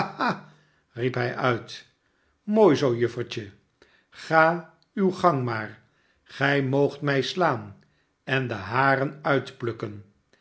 hij uit mooi zoo juffertje ga uw gang maar gij moogt mij slaan en de haren uitplukken